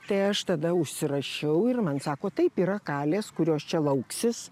tai aš tada užsirašiau ir man sako taip yra kalės kurios čia lauksis